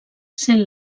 sent